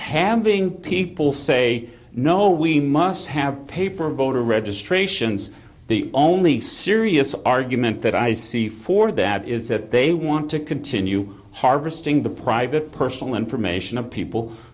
having people say no we must have paper voter registrations the only serious argument that i see for that is that they want to continue harvesting the private personal information of people